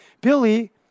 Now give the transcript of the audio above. Billy